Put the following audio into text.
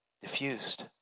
diffused